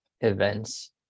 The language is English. events